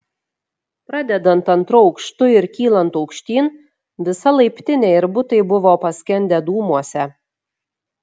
pradedant antru aukštu ir kylant aukštyn visa laiptinė ir butai buvo paskendę dūmuose